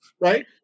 right